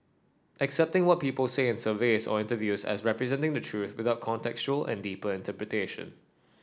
accepting what people say in surveys or interviews as representing the truth without contextual and deeper interpretation